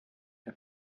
app